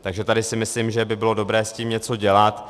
Takže tady si myslím, že by bylo dobré s tím něco dělat.